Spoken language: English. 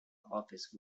office